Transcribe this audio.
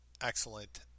excellent